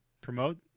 promote